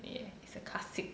it is a classic